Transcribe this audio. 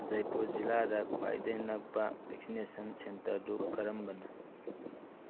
ꯖꯩꯄꯨꯔ ꯖꯤꯂꯥꯗ ꯈ꯭ꯋꯥꯏꯗꯩ ꯅꯛꯄ ꯕꯦꯛꯁꯤꯅꯦꯁꯟ ꯁꯟꯇꯔꯗꯨ ꯀꯔꯝꯕꯅꯣ